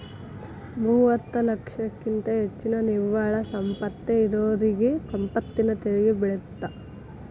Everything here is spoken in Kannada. ಮೂವತ್ತ ಲಕ್ಷಕ್ಕಿಂತ ಹೆಚ್ಚಿನ ನಿವ್ವಳ ಸಂಪತ್ತ ಇರೋರಿಗಿ ಸಂಪತ್ತಿನ ತೆರಿಗಿ ಬೇಳತ್ತ